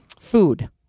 food